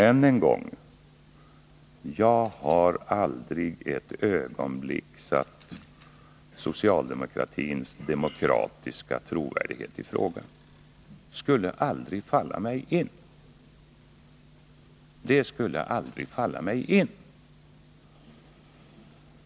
Än en gång: Jag har aldrig ett ögonblick satt socialdemokratins demokratiska trovärdighet i fråga; det skulle aldrig falla mig in.